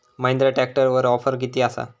महिंद्रा ट्रॅकटरवर ऑफर किती आसा?